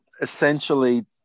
essentially